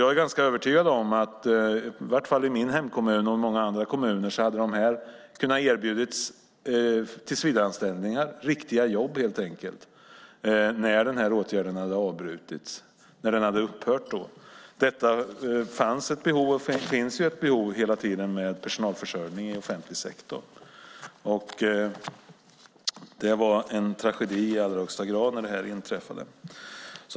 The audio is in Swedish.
Jag är ganska övertygad att i varje fall i min hemkommun och säkert i många andra kommuner hade dessa kunnat erbjudas tillsvidareanställningar, riktiga jobb helt enkelt, när åtgärderna hade upphört. Det fanns och finns hela tiden behov av personalförsörjning i offentlig sektor. Det var en tragedi i allra högsta grad.